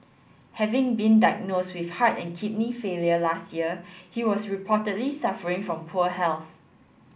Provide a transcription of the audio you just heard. having been diagnosed with heart and kidney failure last year he was reportedly suffering from poor health